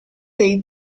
dei